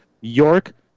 York